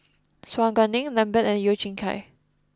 Su Guaning Lambert and Yeo Kian Chai